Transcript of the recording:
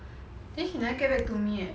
then she never get back to me leh